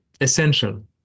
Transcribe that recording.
essential